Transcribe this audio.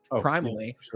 primarily